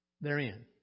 therein